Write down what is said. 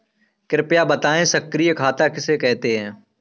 कृपया बताएँ सक्रिय खाता किसे कहते हैं?